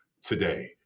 today